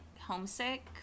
homesick